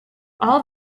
all